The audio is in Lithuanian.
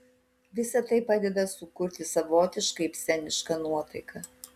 visa tai padeda sukurti savotišką ibsenišką nuotaiką